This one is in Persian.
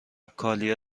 کایلا